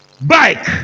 bike